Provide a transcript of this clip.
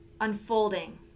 unfolding